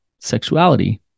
sexuality